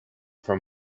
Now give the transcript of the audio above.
from